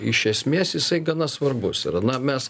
iš esmės jisai gana svarbus yra na mes